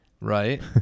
Right